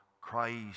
Christ